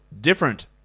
different